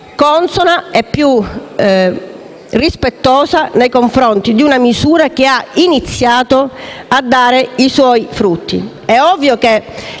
consona e rispettosa nei confronti di una misura che ha iniziato a dare i suoi frutti. È ovvio che